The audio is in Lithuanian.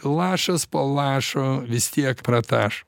lašas po lašo vis tiek pratašo